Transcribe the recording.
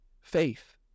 faith